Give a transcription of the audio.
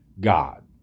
God